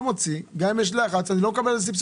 אני לא מוציא גם אם יש לחץ כי אני לא מקבל סבסוד".